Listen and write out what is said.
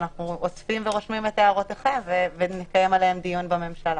אנחנו אוספים ורושמים את הערותיכם ונקיים עליהן דיון בממשלה.